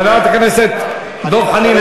חברת הכנסת דב חנין,